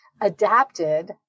adapted